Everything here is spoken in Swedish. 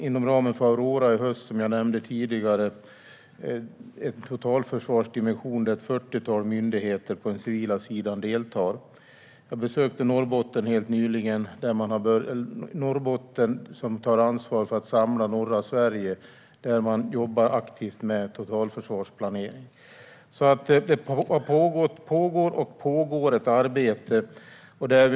Inom ramen för Aurora i höst, som jag nämnde tidigare, finns det en totalförsvarsdimension där ett fyrtiotal myndigheter på den civila sidan deltar. Jag besökte Norrbotten helt nyligen där man har ansvar för att samla norra Sverige, och man jobbar aktivt med totalförsvarsplanering. Det har pågått och pågår ett arbete.